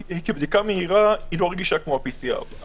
כי בדיקה מהירה לא רגישה כמו ה-PCR,